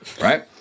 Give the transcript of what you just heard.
right